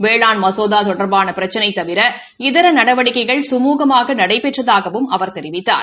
வேளாண் மசோதா தொடர்பான பிரச்சினை தவிர இதர நடவடிக்கைகள் சுமூகமாக நடைபெற்றதாகவும் அவர் தெரிவித்தார்